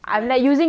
but